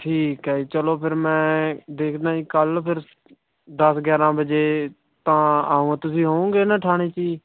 ਠੀਕ ਹੈ ਚਲੋ ਫੇਰ ਮੈਂ ਦੇਖਦਾ ਜੀ ਕੱਲ੍ਹ ਫਿਰ ਦਸ ਗਿਆਰ੍ਹਾਂ ਵਜੇ ਤਾਂ ਆਊਂ ਤੁਸੀਂ ਹੋਉਂਗੇ ਨਾ ਥਾਣੇ 'ਚ ਜੀ